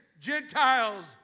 Gentiles